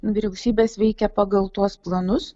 vyriausybės veikia pagal tuos planus